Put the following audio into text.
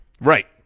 Right